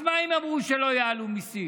אז מה אם הם אמרו שלא יעלו מיסים?